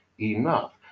enough